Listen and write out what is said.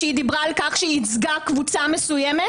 כשהיא דיברה על כך שהיא ייצגה קבוצה מסוימת,